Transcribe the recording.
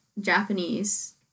Japanese